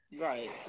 Right